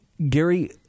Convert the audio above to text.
Gary